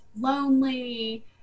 lonely